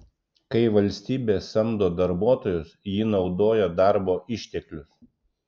kai valstybė samdo darbuotojus ji naudoja darbo išteklius